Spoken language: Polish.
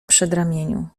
przedramieniu